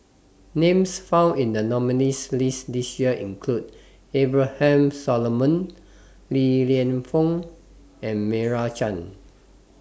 Names found in The nominees' list This Year include Abraham Solomon Li Lienfung and Meira Chand